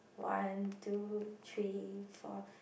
one two three four